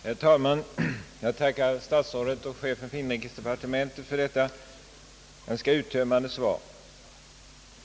Herr talman! Jag tackar herr statsrådet och chefen för inrikesdepartementet för detta ganska uttömmande svar.